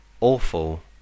awful